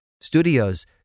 Studios